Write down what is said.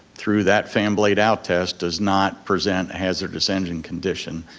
through that fan blade out test, does not present a hazardous engine condition,